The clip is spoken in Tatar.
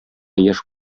яшь